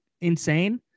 insane